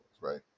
right